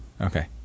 Okay